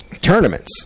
tournaments